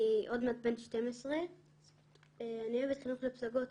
אני עוד מעט בן 12. אני אוהב את חינוך לפסגות.